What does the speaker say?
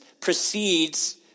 precedes